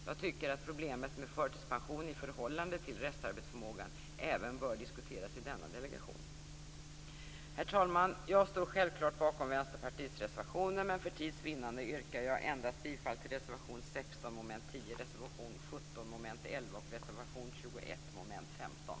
Jag tycker att problemet med förtidspension i förhållande till restarbetsförmågan även bör diskuteras i denna delegation. Herr talman! Jag står självklart bakom Vänsterpartiets reservationer, men för tids vinnande yrkar jag endast bifall till reservation 16, mom. 10, reservation